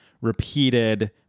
repeated